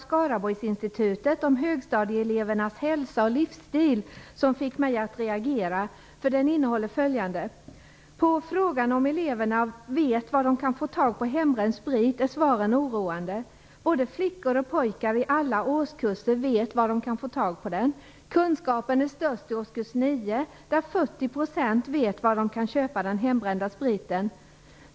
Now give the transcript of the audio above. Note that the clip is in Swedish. Skaraborgsinstitutet om högstadieelevernas hälsa och livsstil som fick mig att reagera. Den innehåller följande. Svaren på frågan om eleverna vet var de kan få tag i hembränd sprit är oroande. Både flickor och pojkar i alla årskurser vet var de kan få tag på den. Kunskapen är störst i årskurs 9, där 40 % av eleverna vet var de kan köpa den hembrända spriten.